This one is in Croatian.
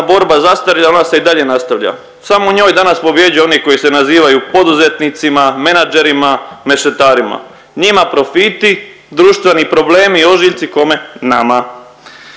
borba zastarjela ona se i dalje nastavljala samo u njoj danas pobjeđuju oni koji se nazivaju poduzetnicima, menadžerima, mešetarima. Njima profiti društveni problemi i ožiljci kome, nama.